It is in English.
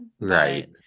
Right